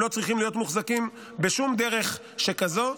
הם לא צריכים להיות מוחזקים בשום דרך שכזאת.